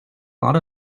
lot